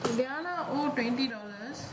that one I owe twenty dollars